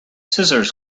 scissors